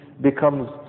becomes